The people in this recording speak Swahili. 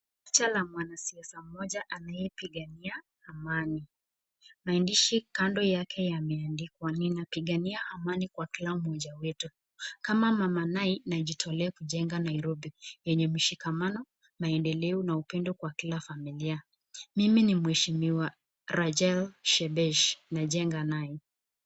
Picha la mwanasiasa mmoja anayepigania amani maandishi kando yake yameandikwa nina pigania amani kwa kila mmoja wetu kama mama Nike najitolea kujenga Nairobi yenye mshikamano, maendeleo na upendo katika familia, mimi ni mheshimiwa Rajal Sheikh dej najenga Nai